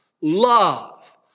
Love